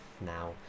now